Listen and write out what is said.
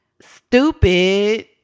Stupid